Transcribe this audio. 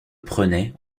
prenait